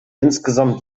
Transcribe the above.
insgesamt